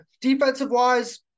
defensive-wise